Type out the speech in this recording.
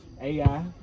AI